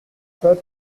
fat